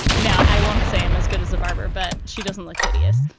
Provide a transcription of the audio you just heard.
now, i won't say i'm as good as a barber, but she doesn't look hideous.